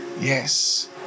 Yes